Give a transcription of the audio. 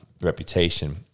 reputation